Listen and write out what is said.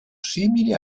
simili